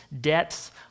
depths